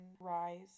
rise